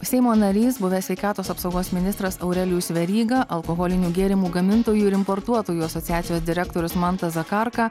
seimo narys buvęs sveikatos apsaugos ministras aurelijus veryga alkoholinių gėrimų gamintojų ir importuotojų asociacijos direktorius mantas zakarka